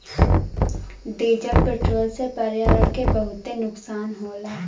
diesel petrol से पर्यावरण के बहुते नुकसान होला